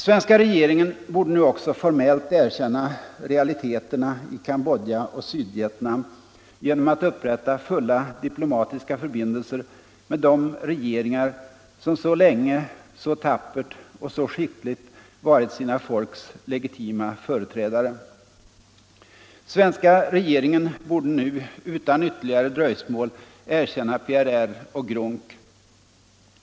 Svenska regeringen borde nu också formellt erkänna realiteterna i Cambodja och Sydvietnam genom att upprätta fulla diplomatiska förbindelser med de regeringar som så länge, så tappert och så skickligt varit sina folks legitima företrädare. Svenska regeringen borde nu utan ytterligare dröjsmål erkänna PRR och GRUNC.